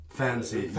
fancy